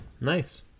Nice